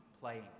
playing